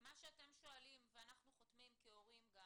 מה שאתם שואלים ואנחנו חותמים כהורים זה